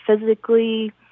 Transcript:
physically